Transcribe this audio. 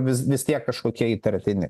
vis vis tiek kažkokie įtartini